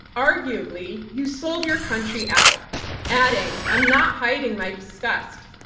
arguably, you sold your country out adding, i'm not hiding my disgust,